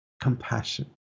compassion